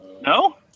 No